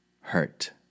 hurt